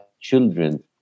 children